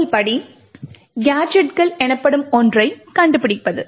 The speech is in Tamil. முதல் படி கேஜெட்டுகள் எனப்படும் ஒன்றைக் கண்டுபிடிப்பது